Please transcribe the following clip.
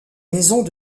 maisons